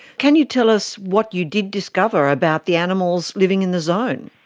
can you tell us what you did discover about the animals living in the zone?